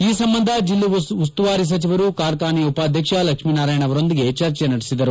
ಈ ಸಂಬಂಧ ಜಿಲ್ಲಾ ಉಸ್ತುವಾರಿ ಸಚಿವರು ಕಾರ್ಖಾನೆಯ ಉಪಾಧ್ಯಕ್ಷ ಲಕ್ಷ್ಮೀನಾರಾಯಣ್ ಅವರೊಂದಿಗೆ ಚರ್ಜಿಸಿದರು